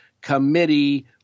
committee